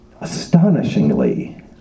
astonishingly